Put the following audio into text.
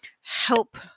help